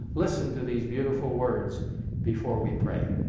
listen to these beautiful words before we pray.